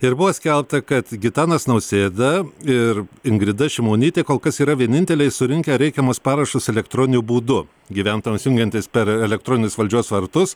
ir buvo skelbta kad gitanas nausėda ir ingrida šimonytė kol kas yra vieninteliai surinkę reikiamus parašus elektroniniu būdu gyventojams jungiantis per elektroninius valdžios vartus